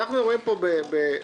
אנחנו מדברים פה על תוספת,